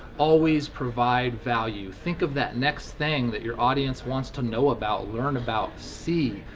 always provide value. think of that next thing that your audience wants to know about, learn about, see,